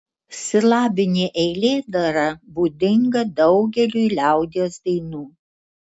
silabinė eilėdara būdinga daugeliui liaudies dainų